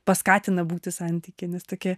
paskatina būti santykyje nes tokie